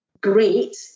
great